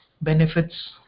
benefits